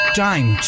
time